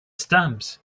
stamps